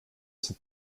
sind